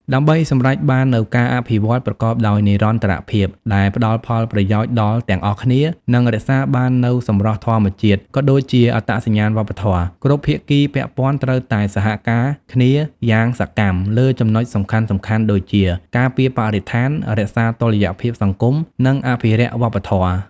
ដើម្បីសម្រេចបាននូវការអភិវឌ្ឍប្រកបដោយនិរន្តរភាព ដែលផ្តល់ផលប្រយោជន៍ដល់ទាំងអស់គ្នា និងរក្សាបាននូវសម្រស់ធម្មជាតិ ក៏ដូចជាអត្តសញ្ញាណវប្បធម៌ គ្រប់ភាគីពាក់ព័ន្ធត្រូវតែសហការគ្នាយ៉ាងសកម្មលើចំណុចសំខាន់ៗដូចជា ការពារបរិស្ថាន រក្សាតុល្យភាពសង្គម និងអភិរក្សវប្បធម៌។